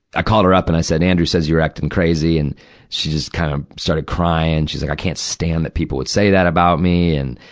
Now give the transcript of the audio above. i called her up and i said, andrew says you're acting crazy. and she just kind of started crying, and she's like, i can't stand that people would say that about me. and,